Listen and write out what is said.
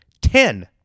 Ten